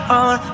on